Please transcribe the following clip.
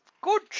Good